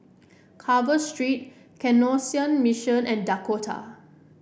Carver Street Canossian Mission and Dakota